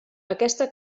aquesta